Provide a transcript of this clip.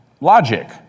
logic